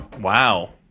Wow